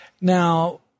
Now